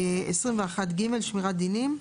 21ג. שמירת דינים.